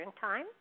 time